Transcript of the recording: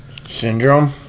syndrome